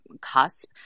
cusp